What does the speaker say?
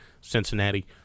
Cincinnati